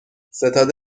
ستاد